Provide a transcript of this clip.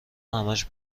همش